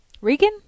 Regan